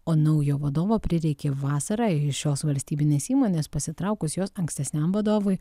o naujo vadovo prireikė vasarą iš šios valstybinės įmonės pasitraukus jos ankstesniam vadovui